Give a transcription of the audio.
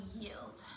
yield